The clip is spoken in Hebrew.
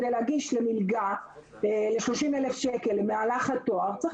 כדי להגיש מלגה ל-30,000 שקלים במהלך התואר צריך